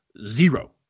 zero